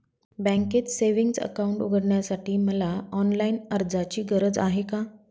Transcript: बँकेत savings account उघडण्यासाठी मला ऑनलाईन अर्जाची गरज आहे का?